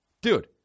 Dude